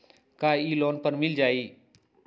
का इ लोन पर मिल जाइ?